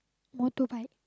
motorbike